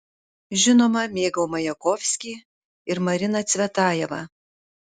žinoma mėgau majakovskį ir mariną cvetajevą